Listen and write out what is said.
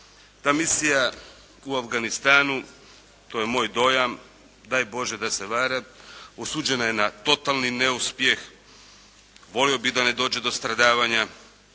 Ta misija u Afganistanu, to je moj dojam, daj Bože da se varam, osuđena je na totalni neuspjeh, volio bih da ne dođe do stradavanja